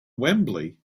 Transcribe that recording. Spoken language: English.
wembley